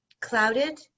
clouded